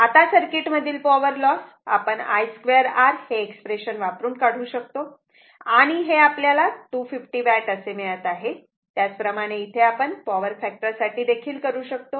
आता सर्किट मधील power loss आपण I 2 R हे एक्सप्रेशन वापरून काढू शकतो आणि हे आपल्याला 250 वॅट असे मिळत आहे त्याचप्रमाणे इथे आपण पॉवर फॅक्टर साठी देखील करू शकतो